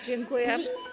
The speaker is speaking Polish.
Dziękuję.